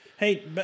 Hey